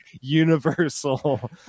universal